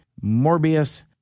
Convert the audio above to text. Morbius